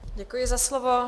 Děkuji za slovo.